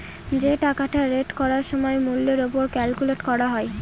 যে টাকাটা রেট করার সময় মূল্যের ওপর ক্যালকুলেট করা হয়